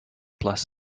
bless